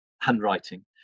handwriting